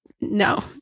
No